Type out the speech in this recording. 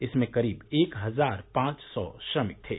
इसमें करीब एक हजार पांच सौ श्रमिक थे